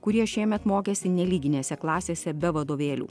kurie šiemet mokėsi nelyginėse klasėse be vadovėlių